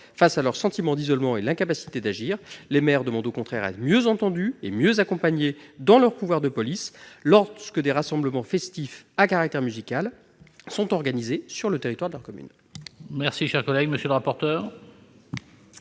Face à leur sentiment d'isolement et l'incapacité d'agir, les maires demandent au contraire à être mieux entendus et mieux accompagnés dans leurs pouvoirs de police lorsque des rassemblements festifs à caractère musical sont organisés sur le territoire de leur commune. Quel est l'avis de la